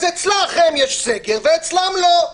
אז אצלכם יש סגר ואצלם לא.